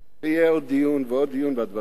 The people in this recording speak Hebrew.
ויהיה עוד דיון ועוד דיון, והדברים יתמסמסו.